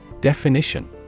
Definition